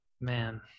Man